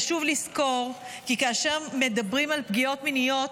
חשוב לזכור, כי כאשר מדברים על פגיעות מיניות,